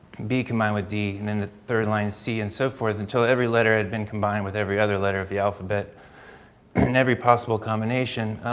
b combined with d and then the third line c and so forth until every letter had been combined with every other letter of the alphabet in every possible combination.